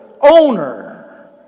owner